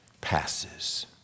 passes